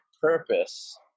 purpose